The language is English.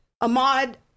Ahmad